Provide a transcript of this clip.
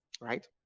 right